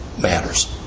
matters